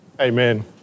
Amen